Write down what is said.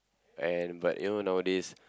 and but you know nowadays